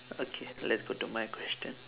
okay let's go to my question